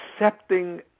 accepting